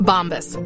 Bombas